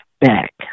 back